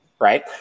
right